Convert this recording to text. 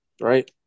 right